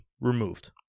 removed